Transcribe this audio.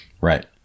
Right